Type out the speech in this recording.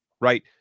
right